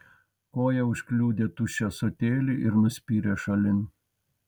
koja užkliudė tuščią ąsotėlį ir nuspyrė šalin